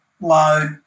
load